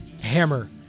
Hammer